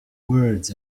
words